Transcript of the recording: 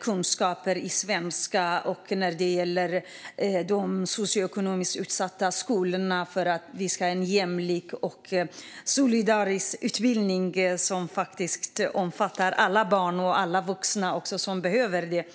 kunskaper i svenska i de socioekonomiskt utsatta skolorna för att vi ska ha en jämlik och solidarisk utbildning som omfattar alla barn och alla vuxna som behöver det.